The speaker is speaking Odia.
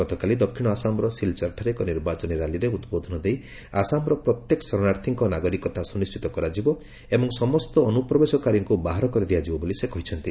ଗତକାଲି ଦକ୍ଷିଣ ଆସାମର ସିଲଚର ଠାରେ ଏକ ନିର୍ବାଚନୀ ରାଲିରେ ଉଦ୍ବୋଧନ ଦେଇ ଆସାମର ପ୍ରତ୍ୟେକ ଶରଣାର୍ଥୀଙ୍କ ନାଗରିକତା ସୁନିଶ୍ଚିତ କରାଯିବ ଏବଂ ସମସ୍ତ ଅନୁପ୍ରବେଶକାରୀଙ୍କୁ ବାହାର କରିଦିଆଯିବ ବୋଲି ସେ କହିଛନ୍ତି